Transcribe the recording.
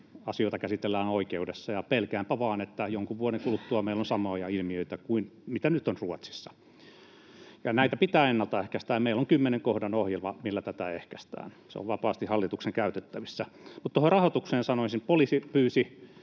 Asioita käsitellään oikeudessa, ja pelkäänpä vain, että jonkun vuoden kuluttua meillä on samoja ilmiöitä kuin mitä nyt on Ruotsissa. Näitä pitää ennaltaehkäistä, ja meillä on kymmenen kohdan ohjelma, millä tätä ehkäistään. Se on vapaasti hallituksen käytettävissä. Mutta tuohon rahoitukseen sanoisin: poliisi pyysi